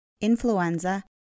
influenza